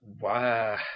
Wow